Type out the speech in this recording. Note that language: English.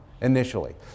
initially